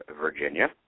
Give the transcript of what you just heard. Virginia